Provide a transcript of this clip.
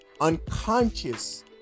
unconscious